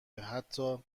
حتا